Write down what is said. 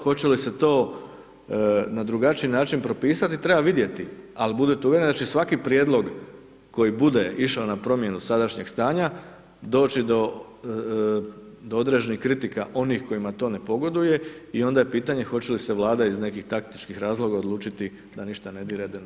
Hoće li se to na drugačiji način propisati, treba vidjeti, ali budite uvjereni da će svaki prijedlog koji bude išao na promjenu sadašnjeg stanja, doći do određenih kritika onih kojima to ne pogoduje i onda je pitanje hoće li se Vlada iz nekih taktičkih razloga odlučiti da ništa ne dira, da ne